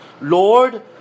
Lord